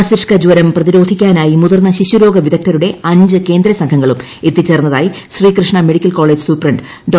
മസ്തിഷ്ക ജ്രം പ്രതിരോധിക്കാനായി മുതിർന്ന ശിശുരോഗ വിദഗ്ധരരുടെ അഞ്ച് കേന്ദ്ര സംഘങ്ങളും എത്തിച്ചേർന്നതായി ശ്രീകൃഷ്ണ മെഡിക്കൽ കോളേജ് സൂപ്രണ്ട് ഡോ